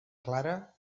clara